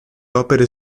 opere